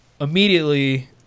immediately